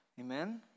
Amen